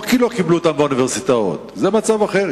לא כי לא קיבלו אותם לאוניברסיטאות, זה מצב אחר.